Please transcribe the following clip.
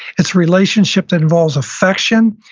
it's a relationship that involves affection.